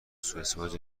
سواستفاده